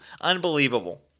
Unbelievable